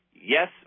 yes